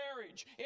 marriage